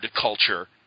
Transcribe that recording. culture